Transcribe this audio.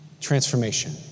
transformation